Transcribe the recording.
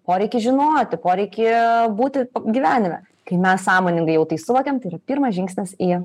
poreikį žinoti poreikį būti gyvenime kai mes sąmoningai jau tai suvokiam tai yra pirmas žingsnis į